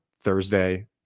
Thursday